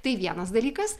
tai vienas dalykas